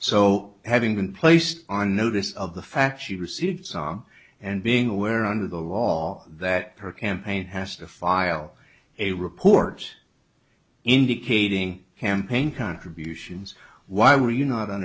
so having been placed on notice of the fact she received and being aware under the law that per campaign has to file a report indicating campaign contributions why were you not on